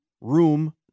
room